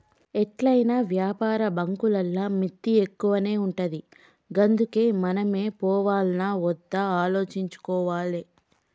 ఎట్లైనా వ్యాపార బాంకులల్ల మిత్తి ఎక్కువనే ఉంటది గందుకే మనమే పోవాల్నా ఒద్దా ఆలోచించుకోవాలె